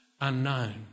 unknown